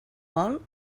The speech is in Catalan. vol